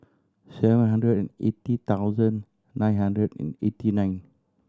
seven hundred and eighty thousand nine hundred and eighty nine